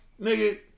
nigga